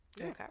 okay